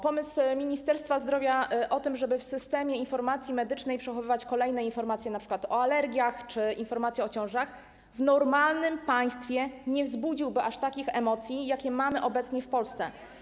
Pomysł Ministerstwa Zdrowia, żeby w Systemie Informacji Medycznej przechowywać kolejne informacje, np. o alergiach czy ciążach, w normalnym państwie nie wzbudziłby aż takich emocji, jakie mamy obecnie w Polsce.